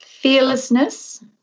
Fearlessness